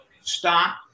stop